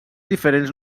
diferents